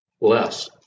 less